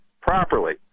properly